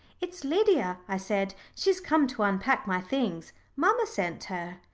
it's lydia, i said. she's come to unpack my things. mamma sent her.